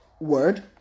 word